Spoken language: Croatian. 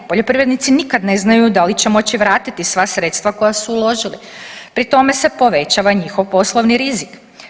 Poljoprivrednici nikad ne znaju da li će moći vratiti sva sredstva koja su uložili, pri tome se povećava njihov poslovni rizik.